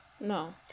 No